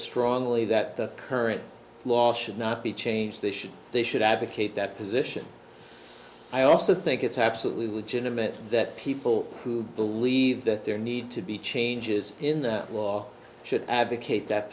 strongly that the current laws should not be changed they should they should advocate that position i also think it's absolutely legitimate that people who believe that there need to be changes in the law should advocate that